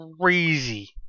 Crazy